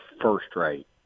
first-rate